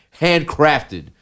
handcrafted